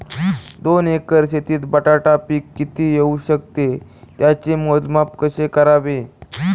दोन एकर शेतीत बटाटा पीक किती येवू शकते? त्याचे मोजमाप कसे करावे?